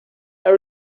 that